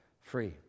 free